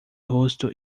rosto